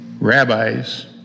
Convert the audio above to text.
Rabbis